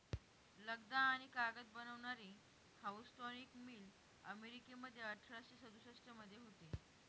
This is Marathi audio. लगदा आणि कागद बनवणारी हाऊसटॉनिक मिल अमेरिकेमध्ये अठराशे सदुसष्ट मध्ये होती